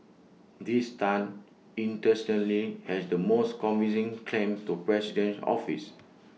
this Tan interestingly has the most convincing claim to presidential office